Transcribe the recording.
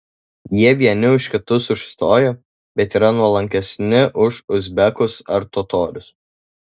jie vieni už kitus užstoja bet yra nuolankesni už uzbekus ar totorius